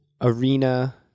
arena